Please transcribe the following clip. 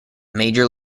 major